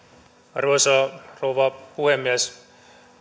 arvoisa rouva puhemies